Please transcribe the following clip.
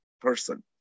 person